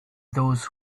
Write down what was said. those